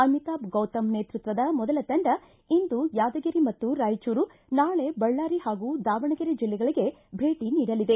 ಅಮಿತಾಬ್ ಗೌತಮ್ ನೇತೃತ್ವದ ಮೊದಲ ತಂಡ ಇಂದು ಯಾದಗಿರಿ ಮತ್ತು ರಾಯಚೂರು ನಾಳೆ ಬಳ್ಳಾರಿ ಹಾಗೂ ದಾವಣಗೆರಿ ಜಲ್ಲೆಗಳಿಗೆ ಭೇಟಿ ನೀಡಲಿದೆ